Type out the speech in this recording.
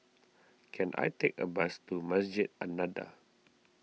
can I take a bus to Masjid An Nahdhah